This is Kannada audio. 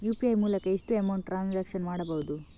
ಯು.ಪಿ.ಐ ಮೂಲಕ ಎಷ್ಟು ಅಮೌಂಟ್ ಟ್ರಾನ್ಸಾಕ್ಷನ್ ಮಾಡಬಹುದು?